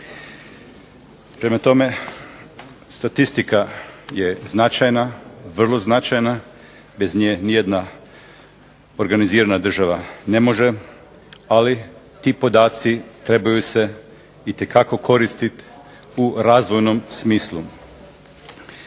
Prema tome, statistika je vrlo značajna, bez nje nijedna organizirana država ne može, ali ti podaci trebaju se itekako koristiti u razvojnom smislu.